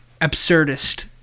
absurdist